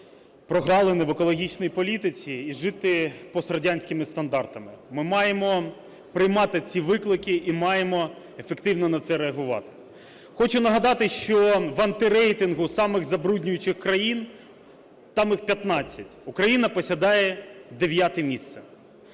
прогалини в екологічній політиці і жити пострадянськими стандартами. Ми маємо приймати ці виклики і маємо ефективно на це реагувати. Хочу нагадати, що в антирейтингу самих забруднюючих країн (там їх 15) Україна посідає 9-е місце.